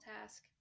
task